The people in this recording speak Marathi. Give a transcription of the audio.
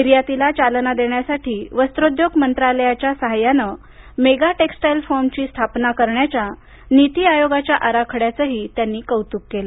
निर्यातीला चालना देण्यासाठी वस्त्रोद्योग मंत्रालयाच्या साहाय्यानं मेगा टेक्सटाईल फर्मची स्थापना करण्याच्या नीती आयोगाच्या आराखड्याचं त्यांनी कौतुक केलं